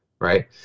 Right